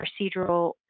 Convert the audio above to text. procedural